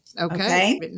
Okay